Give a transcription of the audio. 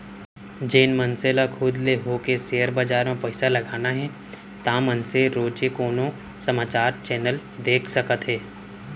जेन मनसे ल खुद ले होके सेयर बजार म पइसा लगाना हे ता मनसे रोजे कोनो समाचार चैनल देख सकत हे